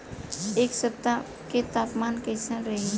एह सप्ताह के तापमान कईसन रही?